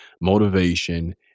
motivation